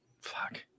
fuck